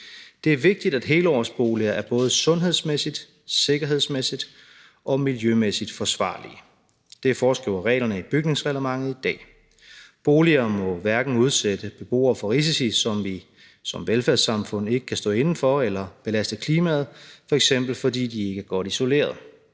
Det er vigtigt, at helårsboliger er både sundhedsmæssigt, sikkerhedsmæssigt og miljømæssigt forsvarlige. Det foreskriver reglerne i bygningsreglementet i dag. Boliger må hverken udsætte beboere for risici, som vi som velfærdssamfund ikke kan stå inde for, eller som belaster klimaet, f.eks. fordi de ikke er godt isoleret.